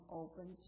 open